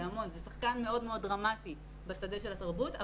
זה שחקן מאוד דרמטי בשדה של התרבות,